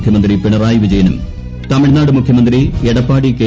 മുഖ്യമന്ത്രി പിണറായി വിജയനും തമിഴ്നാട് മുഖ്യമന്ത്രി എടപ്പാടി കെ